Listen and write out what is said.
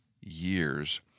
years